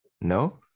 No